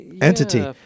entity